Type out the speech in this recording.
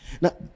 Now